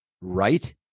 Right